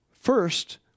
First